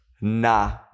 nah